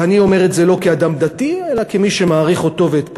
ואני אומר את זה לא כאדם דתי אלא כמי שמעריך אותו ואת פועלו.